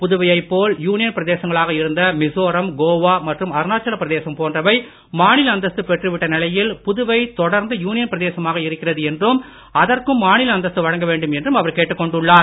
புதுவையை போல் யூனியன் பிரதேசங்களாக இருந்த மிசோரம் கோவா மற்றும் அருணாச்சலபிரதேசம் போன்றவை மாநில அந்தஸ்து பெற்று விட்ட நிலையில் புதுவை தொடர்ந்து யூனியன் பிரதேசமாக இருக்கிறது என்றும் அதற்கம் மாநில அந்தஸ்து வழங்க வேண்டும் என்றும் அவர் கேட்டுக் கோண்டுள்ளார்